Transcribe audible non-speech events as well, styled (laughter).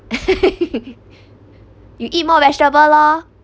(laughs) you eat more vegetable lor